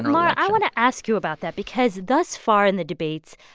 and mara, i want to ask you about that because thus far in the debates,